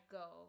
go